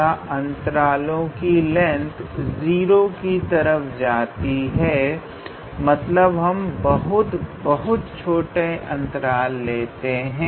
या अंतरालो की लेंथ 0 की तरफ जाती है मतलब हम बहुत बहुत छोटे अंतराल लेते हैं